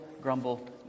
grumble